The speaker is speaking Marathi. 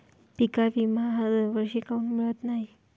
पिका विमा हा दरवर्षी काऊन मिळत न्हाई?